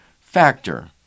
factor